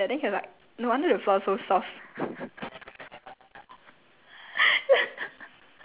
ya I did okay wait then then he say then he step on the floor then he step step then he was like no wonder the floor so soft